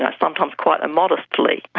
and sometimes quite immodestly.